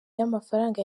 y’amafaranga